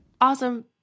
Awesome